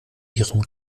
ihrem